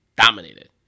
Dominated